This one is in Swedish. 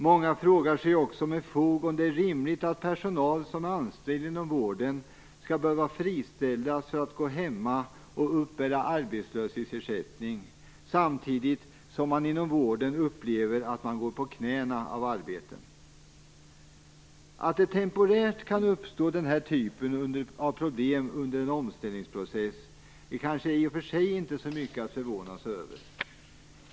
Många frågar sig också med fog om det är rimligt att personal som är anställd inom vården skall behöva friställas för att gå hemma och uppbära arbetslöshetsersättning samtidigt som man inom vården upplever att man går på knäna av allt arbete. Att det temporärt kan uppstå den här typen av problem under en omställningsprocess är kanske i och för sig inte så mycket att förvåna sig över.